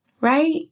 right